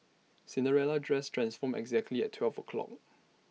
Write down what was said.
Cinderella's dress transformed exactly at twelve o' clock